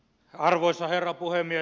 arvoisa herra puhemies